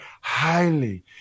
highly